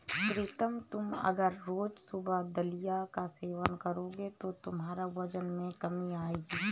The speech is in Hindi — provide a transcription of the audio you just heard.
प्रीतम तुम अगर रोज सुबह दलिया का सेवन करोगे तो तुम्हारे वजन में कमी आएगी